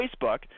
Facebook